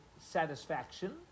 satisfaction